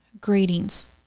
Greetings